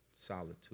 solitude